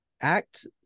act